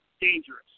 dangerous